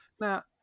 Now